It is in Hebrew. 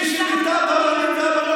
כשמיטב הבנים והבנות,